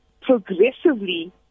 progressively